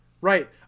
Right